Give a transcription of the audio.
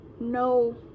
no